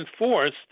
enforced